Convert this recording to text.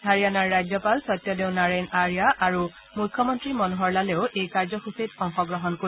হাৰিয়ানাৰ ৰাজ্যপাল সত্যদেও নাৰেইন আৰ্য্যা মুখ্যমন্ত্ৰী মনোহৰ লালেও এই কাৰ্যসূচীত অংশগ্ৰহণ কৰিব